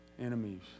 enemies